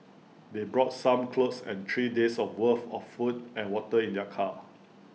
they brought some clothes and three days' of worth of food and water in their car